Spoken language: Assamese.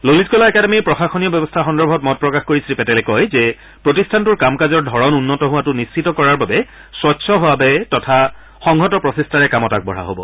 ললিত কলা একাডেমীৰ প্ৰশাসনীয় ব্যৱস্থা সন্দৰ্ভত মত প্ৰকাশ কৰি শ্ৰীপেটেলে কয় যে প্ৰতিষ্ঠানটোৰ কাম কাজৰ ধৰণ উন্নত হোৱাটো নিশ্চিত কৰাৰ বাবে স্বচ্ছভাৱে তথা সংহত প্ৰচেষ্টাৰে কামত আগবঢ়া হ'ব